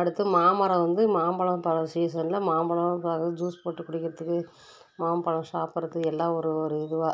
அடுத்து மாமரம் வந்து மாம்பழம் பழம் சீசனில் மாம்பழம் பழம் ஜூஸ் போட்டு குடிக்கிறத்துக்கு மாம்பழம் சாப்பிட்றது எல்லாம் ஒரு ஒரு இதுவாக